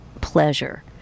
pleasure